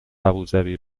ابوذبی